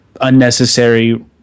unnecessary